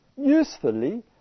usefully